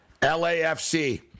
LAFC